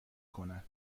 کنن